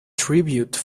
tribute